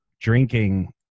drinking